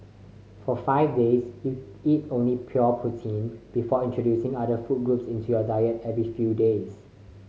for five days you eat only pure protein before introducing other food groups into your diet every few days